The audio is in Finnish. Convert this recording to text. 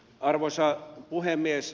arvoisa puhemies